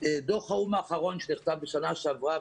דוח האו"ם האחרון שנחתם בשנה שעברה,